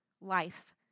life